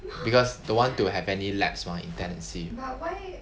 because don't want to have any lapse mah in tenancy